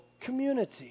community